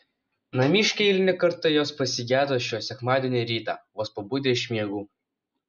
namiškiai eilinį kartą jos pasigedo šio sekmadienio rytą vos pabudę iš miegų